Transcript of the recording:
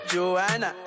Joanna